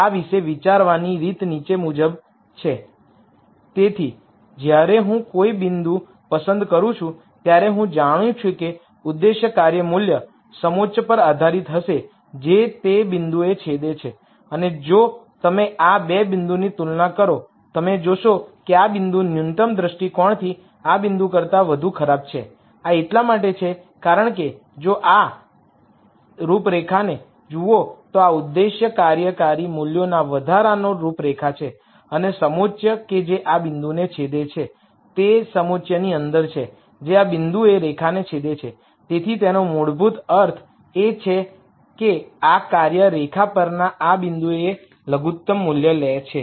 આ વિશે વિચારવાની રીત નીચે મુજબ છે